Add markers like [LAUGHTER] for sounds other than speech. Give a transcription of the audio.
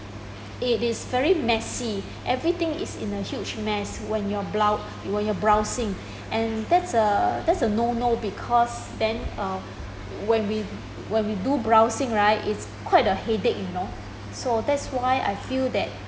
it is very messy [BREATH] everything is in a huge mess when your brow~ [BREATH] when you're browsing and that's a that's a no no because then uh when we when we do browsing right it's quite a headache you know [BREATH] so that's why I feel that